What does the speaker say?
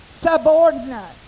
subordinate